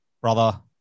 Brother